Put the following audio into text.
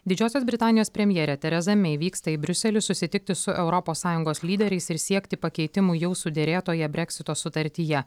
didžiosios britanijos premjerė tereza mei vyksta į briuselį susitikti su europos sąjungos lyderiais ir siekti pakeitimų jau suderėtoje breksito sutartyje